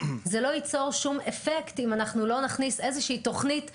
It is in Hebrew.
זה לא ייצור שום אפקט אם אנחנו לא נכניס איזושהי תוכנית כוללנית,